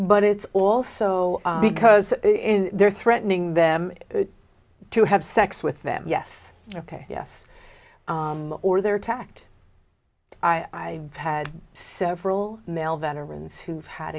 but it's also because they're threatening them to have sex with them yes ok yes or they're attacked i had several male veterans who've had